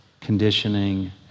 conditioning